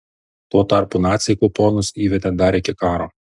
tuo tarpu naciai kuponus įvedė dar iki karo